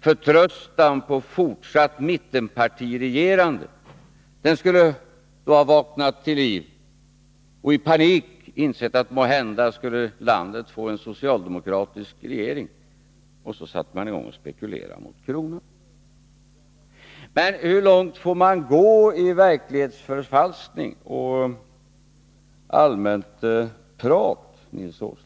förtröstansfull inför ett fortsatt mittenpartiregerande skulle tydligen ha vaknat till liv och i panik insett att landet måhända skulle få en socialdemokratisk regering, och så satte man i gång att spekulera med kronan. Hur långt får man gå i verklighetsförfalskning och allmänt prat, Nils Åsling?